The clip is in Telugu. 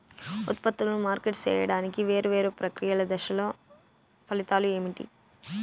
ఉత్పత్తులను మార్కెట్ సేయడానికి వేరువేరు ప్రక్రియలు దశలు ఫలితాలు ఏంటి?